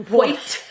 white